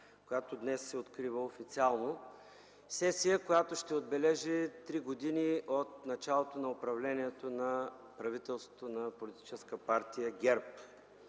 която днес се открива официално – сесия, която ще отбележи три години от началото на управлението на правителството на Политическа партия ГЕРБ.